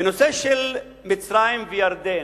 בנושא של מצרים וירדן,